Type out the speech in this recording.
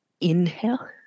Inhale